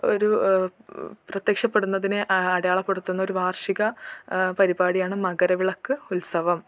ഒരു പ്രത്യക്ഷപ്പെടുന്നതിനെ അടയാളപ്പെടുത്തുന്നൊരു വാർഷിക പരിപാടിയാണ് മകരവിളക്ക് ഉത്സവം